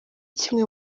kimwe